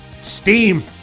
Steam